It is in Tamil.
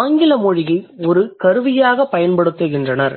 ஆங்கில மொழியை ஒரு கருவியாகப் பயன்படுத்துகின்றனர்